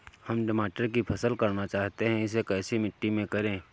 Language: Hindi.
हम टमाटर की फसल करना चाहते हैं इसे कैसी मिट्टी में करें?